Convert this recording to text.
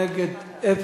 נגד,